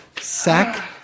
Sack